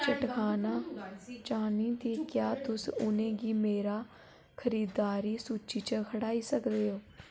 चटकाना चाहन्नी दी क्या तुस उ'नेंगी मेरा ख़रीददारी सूची च हटाई सकदे ओ